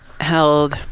held